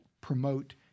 promote